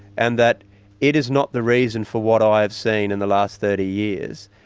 and that it is not the reason for what i've seen in the last thirty years,